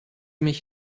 mich